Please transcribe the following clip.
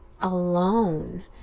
alone